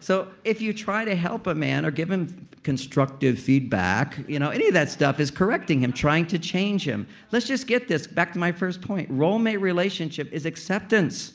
so if you try to help a man or give him constructive feedback, you know any of that stuff is correcting him. trying to change him let's just get this. back to my first point. role mate relationship is acceptance